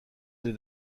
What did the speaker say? des